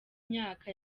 myaka